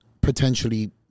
potentially